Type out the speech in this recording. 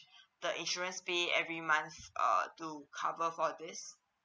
the insurance paid every month err to cover for this